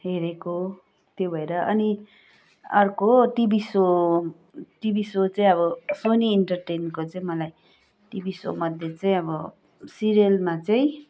हेरेको त्यो भएर अनि अर्को टिभी सो टिभी सो चाहिँ सोनी एन्टरटेनमेन्टको चाहिँ मलाई टिभी सोमध्ये चाहिँ अब सिरियलमा चाहिँ